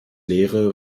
lehre